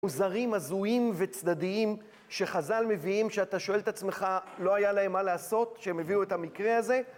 מוזרים, הזויים וצדדיים, שחז״ל מביאים, שאתה שואל את עצמך: לא היה להם מה לעשות, שהם הביאו את המקרה הזה?